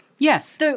Yes